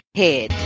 head